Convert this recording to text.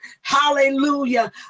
hallelujah